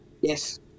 Yes